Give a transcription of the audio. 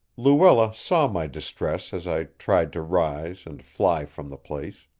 luella saw my distress as i tried to rise and fly from the place.